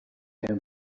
him